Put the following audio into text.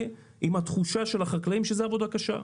עם התחושה של החקלאים שזאת עבודה קשה.